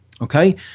Okay